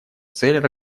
цель